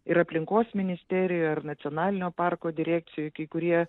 ir aplinkos ministerijoj ar nacionalinio parko direkcijoj kai kurie